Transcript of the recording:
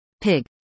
Pig